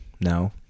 No